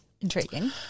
Intriguing